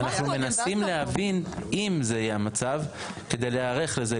אנחנו מנסים להבין אם זה יהיה המצב כדי להיערך לזה,